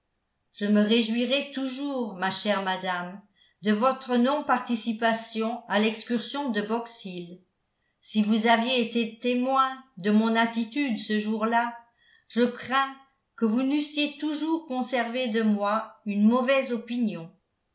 je me réjouirai toujours ma chère madame de votre non participation à l'excursion de box hill si vous aviez été témoin de mon attitude ce jour-là je crains que vous n'eussiez toujours conservé de moi une mauvaise opinion